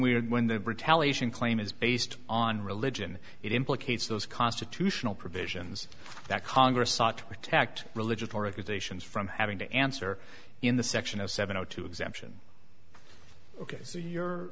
are when the retaliation claim is based on religion it implicates those constitutional provisions that congress sought to protect religious organizations from having to answer in the section of seven o two exemption ok